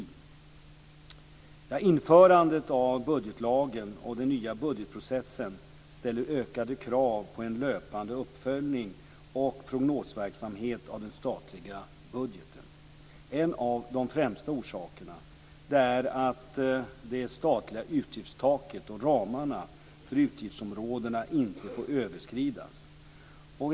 Införandet av budgetlagen och den nya budgetprocessen ställer ökade krav på en löpande uppföljning och prognosverksamhet när det gäller den statliga budgeten. En av de främsta orsakerna är att det statliga utgiftstaket och ramarna för utgiftsområdena inte får överskridas.